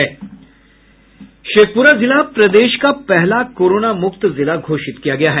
शेखपुरा जिला प्रदेश का पहला कोरोना मुक्त जिला घोषित किया गया है